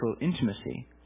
intimacy